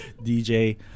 dj